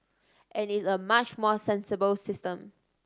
and it's a much more sensible system